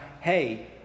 hey